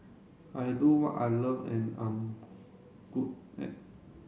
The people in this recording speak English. I do what I love and I am good at